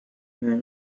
her